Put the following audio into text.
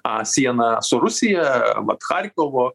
a siena su rusija vat charkovo